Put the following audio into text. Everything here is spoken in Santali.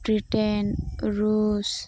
ᱵᱨᱤᱴᱮᱱ ᱨᱩᱥ